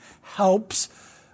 helps